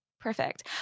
Perfect